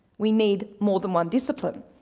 we need more than one discipline.